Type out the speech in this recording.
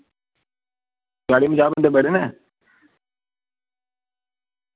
थुआढ़े पंजाह् बंदे बड़े न